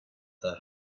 that